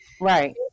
Right